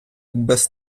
без